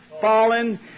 fallen